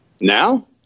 Now